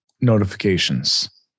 notifications